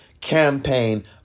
campaign